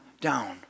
down